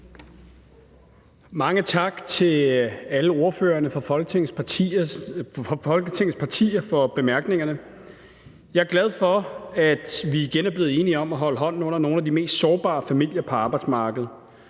Mange tak til alle ordførerne fra Folketingets partier for bemærkningerne. Jeg er glad for, at vi igen er blevet enige om at holde hånden under nogle af de mest sårbare familier på arbejdsmarkedet.